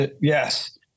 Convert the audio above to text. Yes